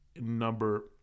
number